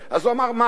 אז הוא אמר: מה הרשת.